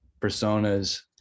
personas